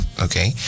okay